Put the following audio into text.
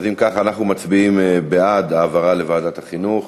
אז אם כך אנחנו מצביעים בעד העברה לוועדת החינוך,